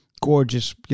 Gorgeous